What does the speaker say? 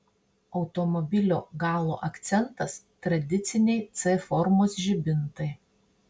automobilio galo akcentas tradiciniai c formos žibintai